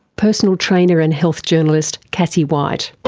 personal trainer and health journalist, cassie white.